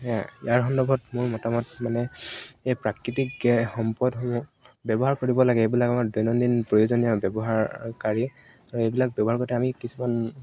ইয়াৰ সন্দৰ্ভত মোৰ মতামত মানে এই প্ৰাকৃতিক সম্পদসমূহ ব্যৱহাৰ কৰিব লাগে এইবিলাক আমাৰ দৈনন্দিন প্ৰয়োজনীয় ব্যৱহাৰকাৰী আৰু এইবিলাক ব্যৱহাৰ কৰি আমি কিছুমান